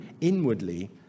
inwardly